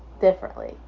differently